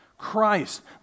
Christ